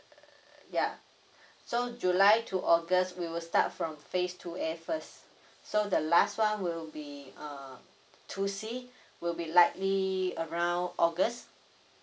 yup so july to august we will start from phase two A first so the last one will be uh two C will be likely around august